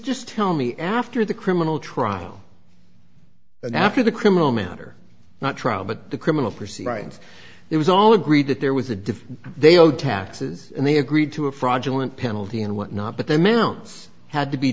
just tell me after the criminal trial and after the criminal matter not trial but the criminal proceedings it was all agreed that there was a diff they owe taxes and they agreed to a fraudulent penalty and what not but then mounts had to be